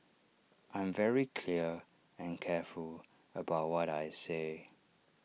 I'm very clear and careful about what I say